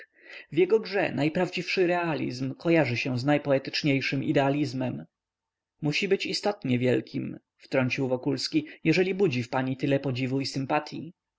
w jego grze najprawdziwszy realizm kojarzy się z najpoetyczniejszym idealizmem musi być istotnie wielkim wtrącił wokulski jeżeli budzi w pani tyle podziwu i sympatyi